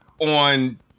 on